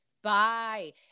Bye